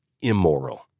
immoral